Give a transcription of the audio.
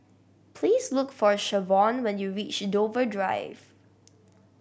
please look for Shavonne when you reach Dover Drive